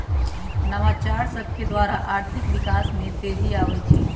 नवाचार सभकेद्वारा आर्थिक विकास में तेजी आबइ छै